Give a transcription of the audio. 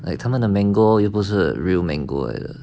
like 他们的 mango 又不是 real mango 来的